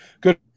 Good